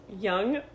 young